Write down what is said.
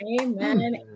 Amen